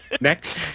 Next